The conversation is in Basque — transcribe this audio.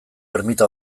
ermita